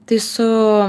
tai su